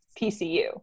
PCU